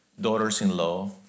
daughters-in-law